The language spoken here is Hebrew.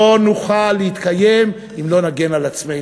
לא נוכל להתקיים אם לא נגן על עצמנו.